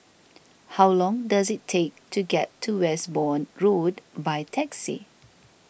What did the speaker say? how long does it take to get to Westbourne Road by taxi